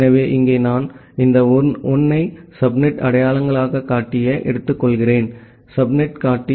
எனவே இங்கே நான் இந்த 1 ஐ சப்நெட் அடையாளங்காட்டியாக எடுத்துக்கொள்கிறேன் சப்நெட் காட்டி